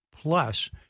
Plus